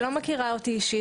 היא לא מכירה אותי אישית.